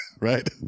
right